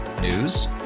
News